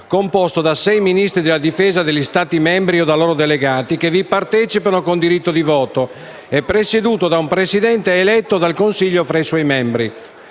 composto dai sei Ministri della difesa degli Stati membri o dai loro delegati, che vi partecipano con diritto di voto, ed è presieduto da un presidente eletto dal Consiglio fra i suoi membri.